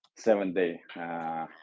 seven-day